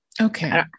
Okay